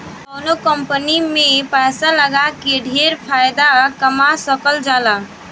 कवनो कंपनी में पैसा लगा के ढेर फायदा कमा सकल जाला